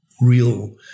real